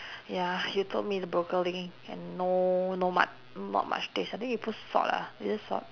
ya you told me the broccoli and no no mu~ not much taste I think you put salt ah is it salt